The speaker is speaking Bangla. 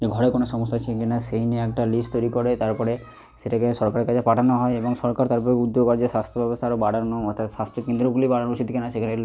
ঘরে কোনো সমস্যা আছে কি না সেই নিয়ে একটা লিস্ট তৈরি করে তারপরে সেটাকে সরকারের কাছে পাঠানো হয় এবং সরকার তারপর উদ্যোগ কার্যে স্বাস্থ্য ব্যবস্থা আরো বাড়ানো অর্থাৎ স্বাস্থ্য কেন্দ্রগুলি বাড়ানো উচিত কি না সেখানে